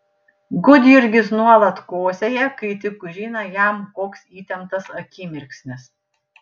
gudjurgis nuolat kosėja kai tik užeina jam koks įtemptas akimirksnis